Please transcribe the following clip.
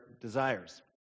desires